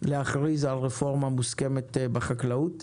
להכריז על רפורמה מוסכמת בחקלאות,